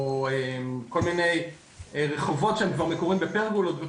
או כל מיני רחובות שהם כבר מקורים בפרגולות.